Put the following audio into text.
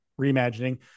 reimagining